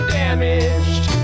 damaged